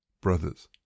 Brothers